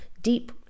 Deep